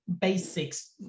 basics